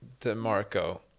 DeMarco